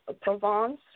Provence